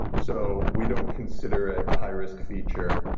so we don't consider it a high risk feature.